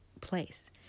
place